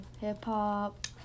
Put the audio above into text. hip-hop